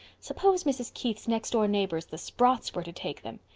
suppose mrs. keith's next door neighbors, the sprotts, were to take them.